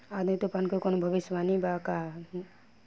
आँधी तूफान के कवनों भविष्य वानी बा की?